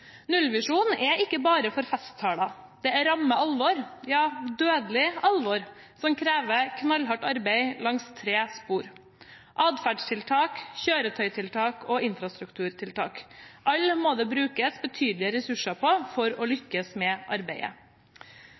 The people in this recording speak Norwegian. Nullvisjonen er ikke bare for festtaler. Den er ramme alvor, ja dødelig alvor som krever knallhardt arbeid langs tre spor: atferdstiltak, kjøretøytiltak og infrastrukturtiltak. Alle disse må det brukes betydelige ressurser på for å lykkes med arbeidet.